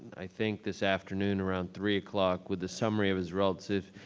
i think this afternoon around three o'clock with a summary of his relative,